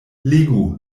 legu